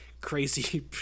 crazy